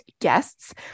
guests